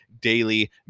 daily